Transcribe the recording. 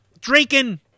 drinking